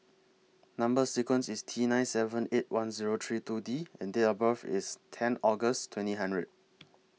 Number sequence IS T nine seven eight one Zero three two D and Date of birth IS ten August twenty hundred